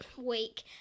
week